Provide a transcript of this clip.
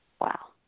Wow